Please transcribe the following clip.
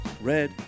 red